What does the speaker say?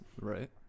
right